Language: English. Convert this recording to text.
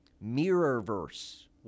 Mirror-verse